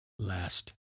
Last